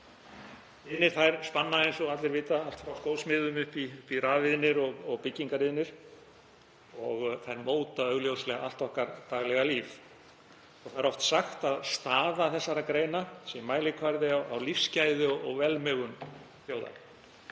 Iðnir spanna, eins og allir vita, allt frá skósmíðum upp í rafiðnir og byggingariðnir og móta augljóslega allt líf okkar. Oft er sagt að staða þessara greina sé mælikvarði á lífsgæði og velmegun þjóða.